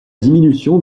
diminution